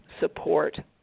support